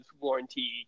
warranty